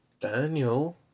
Daniel